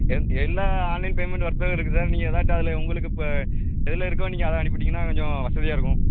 எ எல்லா online payment வர்த்தகம் இருக்குது சார் நீங்கள் ஏதாட்டு அதில் உங்களுக்கு இப்போ எதில் இருக்கோ நீங்கள் அதில் அனுப்பிவிட்டிங்கனா கொஞ்சோ வசதியாக இருக்கும்